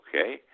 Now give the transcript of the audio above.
okay